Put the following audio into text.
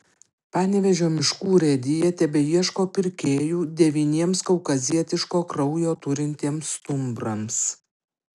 panevėžio miškų urėdija tebeieško pirkėjų devyniems kaukazietiško kraujo turintiems stumbrams